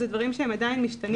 אלה דברים שהם עדיין משתנים.